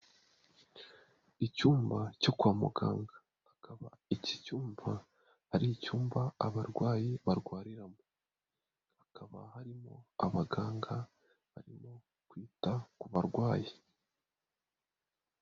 Icyumba cyo kwa muganga akaba iki cyumba ari icyumba abarwayi barwariramo, hakaba harimo abaganga barimo kwita ku barwayi.